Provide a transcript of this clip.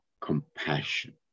compassion